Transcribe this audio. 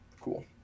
cool